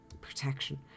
protection